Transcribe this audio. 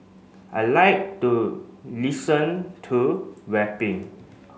I like to listen to rapping